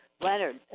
Leonard